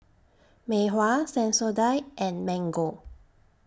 Mei Hua Sensodyne and Mango